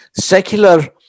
secular